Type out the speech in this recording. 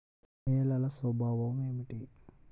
నేలల స్వభావం ఏమిటీ?